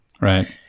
Right